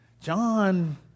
John